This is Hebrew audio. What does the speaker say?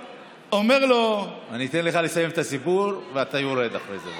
אני אתן לך לסיים את הסיפור, ואתה יורד אחרי זה.